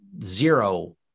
zero